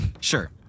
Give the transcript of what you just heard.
Sure